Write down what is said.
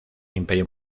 imperio